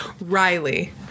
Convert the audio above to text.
Riley